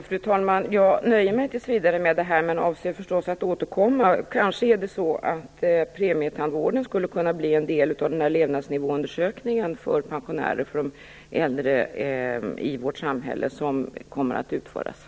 Fru talman! Jag nöjer mig tills vidare med det här, men avser förstås att återkomma. Kanske är det så att premietandvården skulle kunna bli en del av den levnadsnivåundersökning som kommer att utföras för pensionärer och de äldre i vårt samhälle.